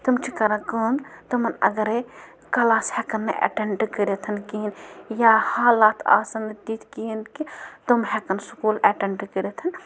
تم چھِ کَران کٲم تٕمَن اَگرَے کلاس ہٮ۪کَن نہٕ اٮ۪ٹنٛٹ کٔرِتھ کِہیٖنۍ یا حالات آسَن نہٕ تِتھۍ کِہیٖنۍ کہِ تٕم ہٮ۪کَن سکوٗل اٮ۪ٹنٛٹ کٔرِتھ